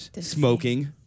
smoking